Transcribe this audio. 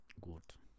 Gut